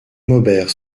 maubert